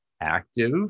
active